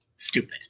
Stupid